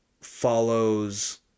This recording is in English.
follows